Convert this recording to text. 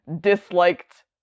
disliked